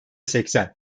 seksen